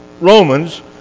Romans